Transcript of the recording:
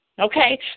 okay